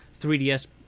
3DS